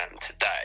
today